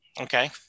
Okay